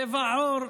צבע עור.